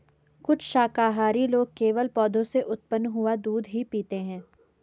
कुछ शाकाहारी लोग केवल पौधों से उत्पन्न हुआ दूध ही पीते हैं